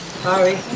sorry